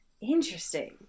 interesting